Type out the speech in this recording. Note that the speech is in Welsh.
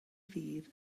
ddydd